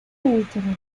hecho